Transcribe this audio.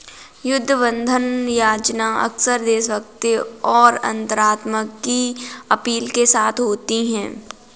युद्ध बंधन याचना अक्सर देशभक्ति और अंतरात्मा की अपील के साथ होती है